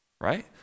Right